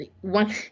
one